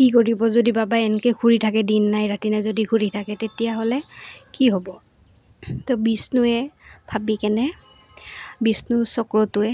কি কৰিব যদি বাবাই এনকে ঘূৰি থাকে দিন নাই ৰাতি নাই যদি ঘূৰি থাকে তেতিয়াহ'লে কি হ'ব তো বিষ্ণুৱে ভাবি কেনে বিষ্ণু চক্ৰটোৱে